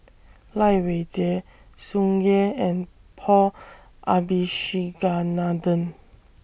Lai Weijie Tsung Yeh and Paul Abisheganaden